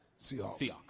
Seahawks